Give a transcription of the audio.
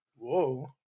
Whoa